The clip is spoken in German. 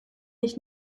ich